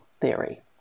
theory